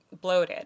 bloated